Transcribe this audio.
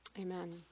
Amen